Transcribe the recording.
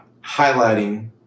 highlighting